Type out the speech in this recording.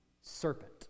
serpent